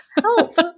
Help